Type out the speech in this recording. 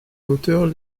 hauteurs